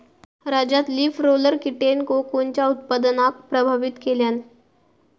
राज्यात leaf roller कीटेन कोकूनच्या उत्पादनाक प्रभावित केल्यान